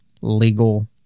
Legal